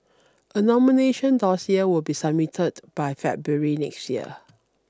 a nomination dossier will be submitted by February next year